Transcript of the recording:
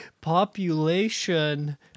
population